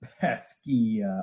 pesky